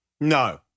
No